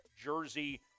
jersey